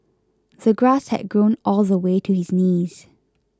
the grass had grown all the way to his knees